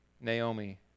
Naomi